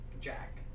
Jack